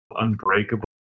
Unbreakable